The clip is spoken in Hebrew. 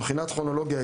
מבחינת כרונולוגיה,